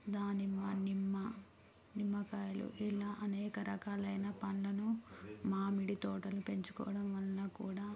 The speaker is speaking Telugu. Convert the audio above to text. దానిమ్మ నిమ్మ నిమ్మకాయలు ఇలా అనేక రకాలైన పళ్ళను మామిడి తోటలు పెంచుకోవడం వల్ల కూడా